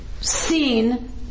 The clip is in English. seen